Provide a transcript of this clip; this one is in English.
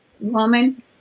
woman